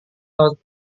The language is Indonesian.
lewat